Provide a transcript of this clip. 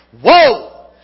Whoa